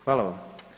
Hvala vam.